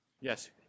Yes